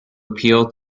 appeal